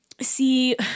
see